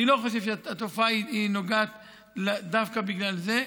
אני לא חושב שהתופעה נובעת דווקא בגלל זה.